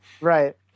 Right